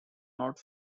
not